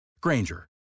Granger